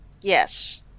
yes